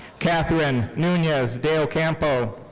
catherine nunez de ocampo.